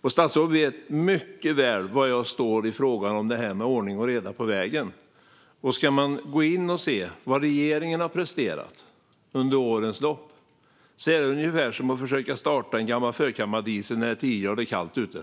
och statsrådet vet mycket väl var jag står i frågan om detta med ordning och reda på vägen. Om man ska gå in och se vad regeringen har presterat under årens lopp är det ungefär som att försöka starta en gammal förkammardiesel när det är tio grader kallt ute.